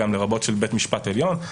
גם לרבות של בית משפט עליון,